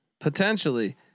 potentially